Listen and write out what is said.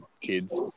kids